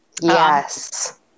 Yes